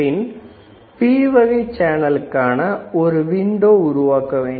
பின் P வகை சேனலூக்காக ஒரு வழியை உருவாக்க வேண்டும்